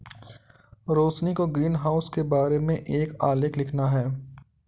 रोशिनी को ग्रीनहाउस के बारे में एक आलेख लिखना है